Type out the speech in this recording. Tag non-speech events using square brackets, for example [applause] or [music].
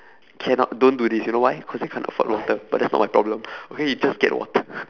cannot don't do this you know why cause they can't afford water but that's not my problem [breath] okay you just get the water